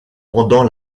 pendant